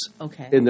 Okay